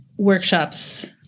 Workshops